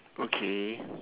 okay